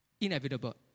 inevitable